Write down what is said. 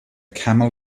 camel